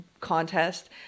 contest